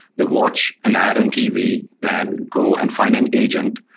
they watch an ad on tv, then go and find an agent,